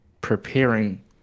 preparing